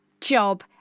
job